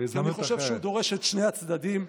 בהזדמנות אחרת.